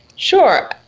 Sure